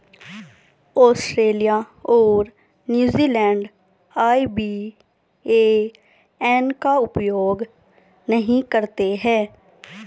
Australia और New Zealand IBAN का उपयोग नहीं करते हैं